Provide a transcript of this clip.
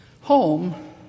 Home